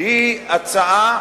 היא הצעה